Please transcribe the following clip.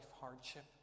hardship